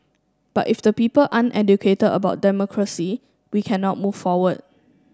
but if the people aren't educated about democracy we cannot move forward